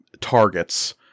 targets